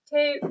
Two